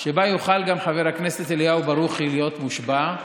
שבה יוכל גם חבר הכנסת אליהו ברוכי להיות מושבע,